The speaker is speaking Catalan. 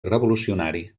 revolucionari